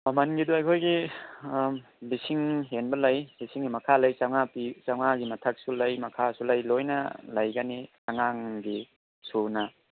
ꯃꯃꯟꯒꯤꯗꯣ ꯑꯩꯈꯣꯏꯒꯤ ꯂꯤꯁꯤꯡ ꯍꯦꯟꯕ ꯂꯩ ꯂꯤꯁꯤꯡꯒꯤ ꯃꯈꯥ ꯂꯩ ꯆꯃꯉꯥ ꯄꯤꯕ ꯆꯃꯉꯥꯒꯤ ꯃꯊꯛꯁꯨ ꯂꯩ ꯃꯈꯥꯁꯨ ꯂꯩ ꯂꯣꯏꯅ ꯂꯩꯒꯅꯤ ꯑꯉꯥꯡꯒꯤ ꯁꯨꯅ